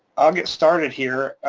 i'll get started here.